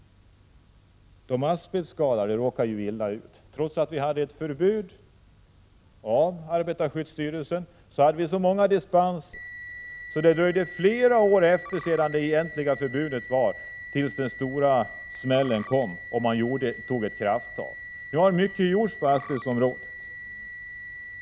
De asbestskadade råkade ju illa ut trots att vi hade ett av arbetarskyddsstyrelsen utfärdat förbud. Det fanns så många dispenser att det dröjde flera år efter det egentliga förbudet, innan den stora smällen kom och man tog ett krafttag. Nu har mycket gjorts på asbestområdet.